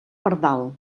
pardal